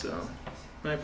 so my